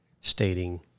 stating